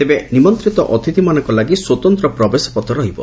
ତେବେ ନିମନ୍ତିତ ଅତିଥିମାନଙ୍କ ଲାଗି ସ୍ୱତନ୍ତ ପ୍ରବେଶପଥ ରହିବ